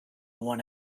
want